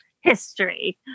history